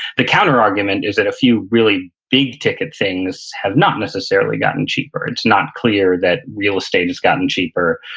the counter-argument is that a few really, big-ticket things, have not necessarily gotten cheaper. it's not clear that real estate has gotten cheaper.